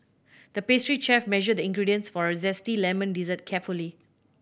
the pastry chef measured the ingredients for a zesty lemon dessert carefully